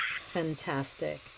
fantastic